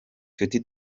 nshuti